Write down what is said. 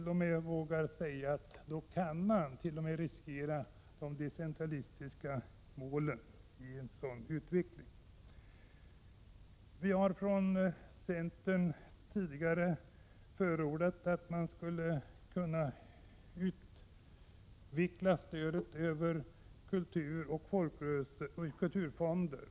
Genom en sådan utveckling skulle man t.o.m. kunna riskera de decentralistiska målen. Vi har från centern tidigare förordat att man utvecklar stödet till kulturen över kulturoch folkrörelsefonder.